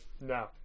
No